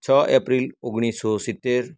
છ એપ્રિલ ઓગણીસો સિત્તેર